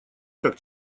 как